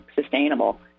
sustainable